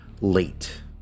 late